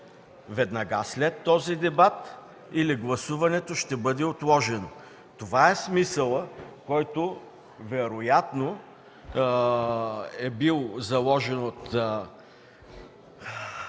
веднага след този дебат, или гласуването ще бъде отложено. Това е смисълът, който вероятно е бил заложен от